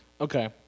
Okay